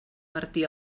martí